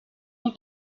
ont